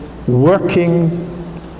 Working